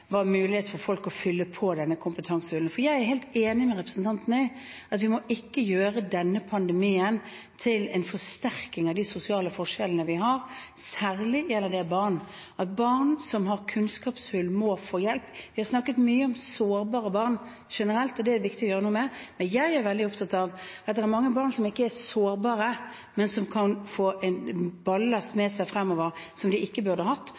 var muligheter for folk til å fylle på kompetansehullene, for jeg er helt enig med representanten i at vi ikke må gjøre denne pandemien til en forsterking av de sosiale forskjellene vi har. Særlig gjelder det barn. Barn som har kunnskapshull, må få hjelp. Vi har snakket mye om sårbare barn generelt, og dette er det viktig å gjøre noe med, men jeg er veldig opptatt av at det er mange barn som ikke er sårbare, men som kan få en ballast med seg fremover som de ikke burde hatt.